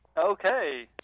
Okay